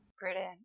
Brilliant